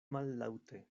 mallaŭte